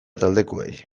taldekoei